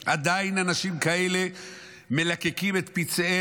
עדיין אנשים כאלה מלקקים את פצעיהם,